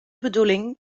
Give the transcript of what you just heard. bedoeling